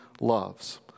loves